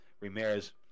Ramirez